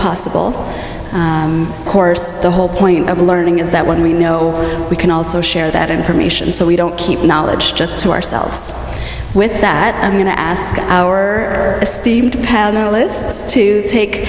possible of course the whole point of learning is that when we know we can also share that information so we don't keep knowledge just to ourselves with that i'm going to ask our esteemed